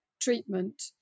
treatment